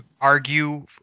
argue